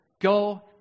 go